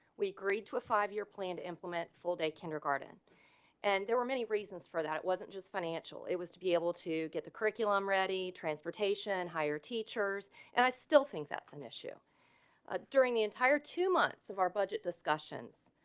we agreed to a five year plan to implement full day kindergarten and there were many reasons for that wasn't just financial. it was to be able to get the curriculum ready transportation hire teachers and i still think that's an issue ah during the entire two months of our budget discussions,